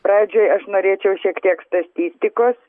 pradžioj aš norėčiau šiek tiek stastistikos